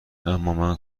امامن